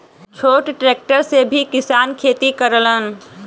छोट ट्रेक्टर से भी किसान खेती करलन